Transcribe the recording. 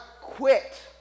quit